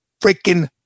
freaking